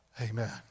Amen